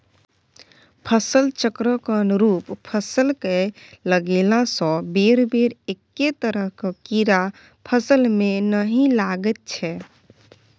फसल चक्रक अनुरूप फसल कए लगेलासँ बेरबेर एक्के तरहक कीड़ा फसलमे नहि लागैत छै